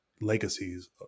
Legacies